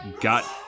got